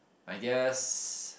I guess